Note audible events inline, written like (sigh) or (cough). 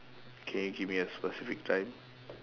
can you give me a specific time (noise)